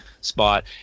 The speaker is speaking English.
spot